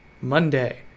Monday